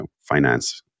finance